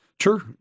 Sure